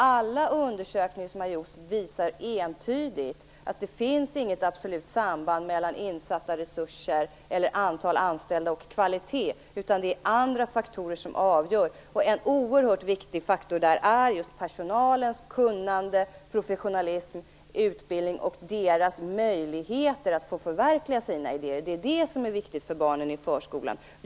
Alla undersökningar som har gjorts visar entydigt att det inte finns något absolut samband mellan insatta resurser eller mellan antal anställda och kvalitet. Det är andra faktorer som är avgörande. För det första är en oerhört viktig faktor just personalens kunnande, professionalism och utbildning samt personalens möjligheter att få förverkliga de idéer som man har. Det är detta som är viktigt för barnen i förskolan.